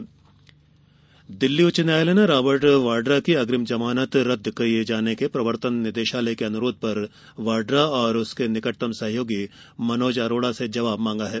उच्च न्यायालय वाड्रा दिल्ली उच्च न्यायालय ने रॉबर्ट वाड्रा की अग्रिम जमानत रद्द किए जाने के प्रवर्तन निदेशालय के अनुरोध पर वाड्रा और उसके निकट सहयोगी मनोज अरोड़ा से जवाब मांगा है